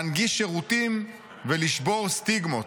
להנגיש שירותים ולשבור סטיגמות.